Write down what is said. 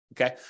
Okay